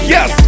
Yes